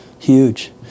Huge